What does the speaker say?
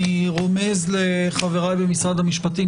אני רומז לחבריי במשרד המשפטים